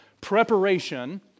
preparation